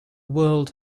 world